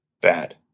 bad